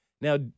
Now